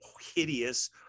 hideous